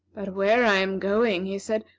but where i am going, he said,